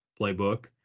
playbook